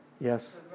Yes